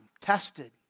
tested